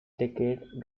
decade